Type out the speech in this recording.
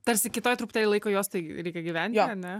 tarsi kitoj truputį laiko juostai reikia gyventi ane